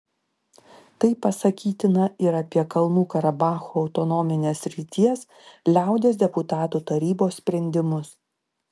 tai pasakytina ir apie kalnų karabacho autonominės srities liaudies deputatų tarybos sprendimus